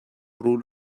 rul